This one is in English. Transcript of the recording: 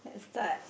is start